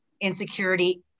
insecurity